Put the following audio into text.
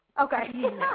Okay